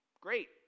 Great